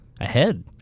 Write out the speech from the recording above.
ahead